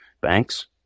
banks